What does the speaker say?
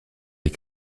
les